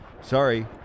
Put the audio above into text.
sorry